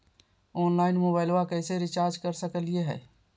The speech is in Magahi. ऑनलाइन मोबाइलबा कैसे रिचार्ज कर सकलिए है?